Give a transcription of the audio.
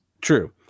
true